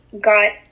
got